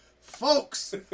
folks